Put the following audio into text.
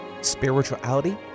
spirituality